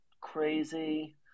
crazy